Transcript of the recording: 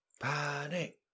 Panic